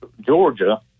Georgia